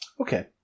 Okay